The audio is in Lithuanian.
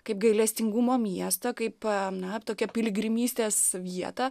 kaip gailestingumo miestą kaip na tokią piligrimystės vietą